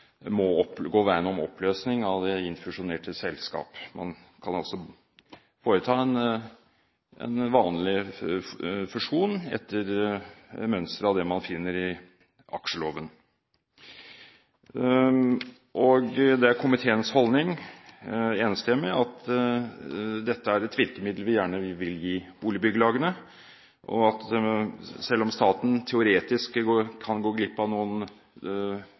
må gå veien om oppløsning av det innfusjonerte selskap. Man kan altså foreta en vanlig fusjon, etter mønster av det man finner i aksjeloven. Det er komiteens enstemmige holdning at dette er et virkemiddel vi gjerne vil gi boligbyggelagene, og at selv om staten teoretisk kan gå glipp av noen